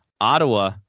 Ottawa